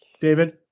David